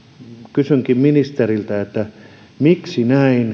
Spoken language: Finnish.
kysynkin ministeriltä miksi näin